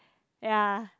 ya